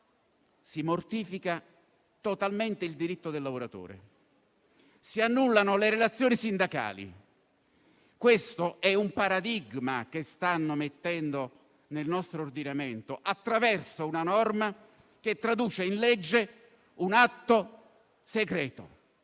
si mortifica totalmente il diritto del lavoratore; si annullano le relazioni sindacali. Questo è un paradigma che stanno inserendo nel nostro ordinamento attraverso una nota che traduce in legge un atto segreto.